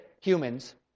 humans